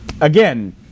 again